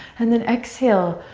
and then exhale.